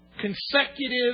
consecutive